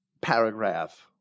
paragraph